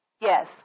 Yes